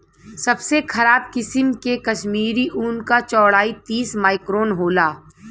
सबसे खराब किसिम के कश्मीरी ऊन क चौड़ाई तीस माइक्रोन होला